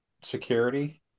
security